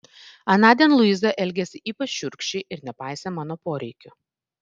anądien luiza elgėsi ypač šiurkščiai ir nepaisė mano poreikių